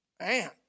Man